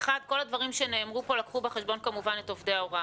כל הדברים שנאמרו כאן לקחו בחשבון כמובן את עובדי ההוראה